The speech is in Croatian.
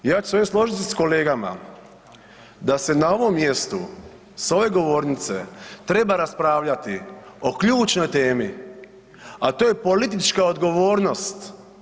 Ja ću se ovdje složiti s kolegama da se na ovome mjestu, s ove govornice treba raspravljati o ključnoj temi, a to je politička odgovornost.